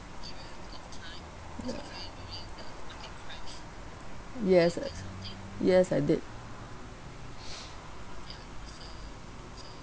yes yes I did